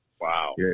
wow